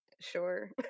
sure